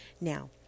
Now